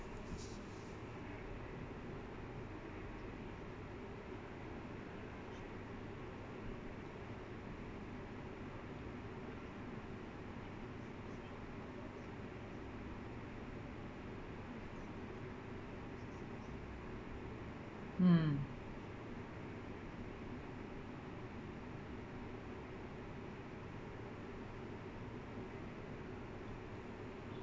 mm